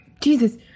jesus